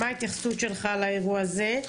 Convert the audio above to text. מה ההתייחסות שלך לאירוע הזה.